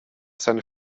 seiner